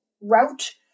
route